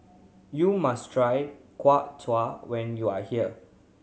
you must try Kuay Chap when you are here